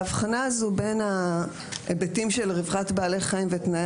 ההבחנה בין היבטים של רווחת בעלי חיים ותנאי